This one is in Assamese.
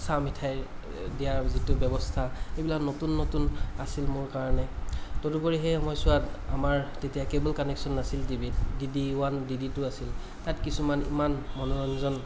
চাহ মিঠাই দিয়াৰ যিটো ব্য়ৱস্থা সেইবিলাক নতুন নতুন আছিল মোৰ কাৰণে তদুপৰি সেই সময়ছোৱাত আমাৰ তেতিয়া কেৱোল কানেকশ্ব্য়ন নাছিল টিভিত D D one D D two আছিল তাত কিছুমান ইমান মনোৰঞ্জন